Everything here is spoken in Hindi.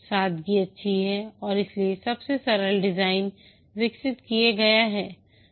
सादगी अच्छी है और इसलिए सबसे सरल डिजाइन विकसित किया गया है